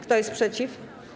Kto jest przeciw?